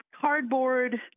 cardboard